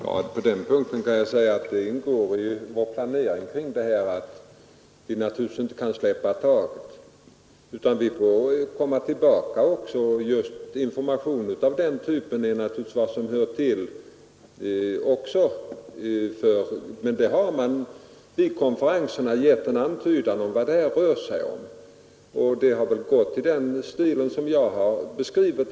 Fru talman! På den punkten kan jag säga att det ingår i vår planering att vi inte skall släppa taget, utan måste komma tillbaka. Information hör naturligtvis till, och man har vid konferenserna givit en beskrivning av vad det här rör sig om. Det har väl gått till i den stilen som jag har beskrivit.